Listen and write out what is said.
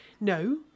no